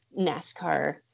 NASCAR